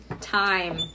time